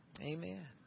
amen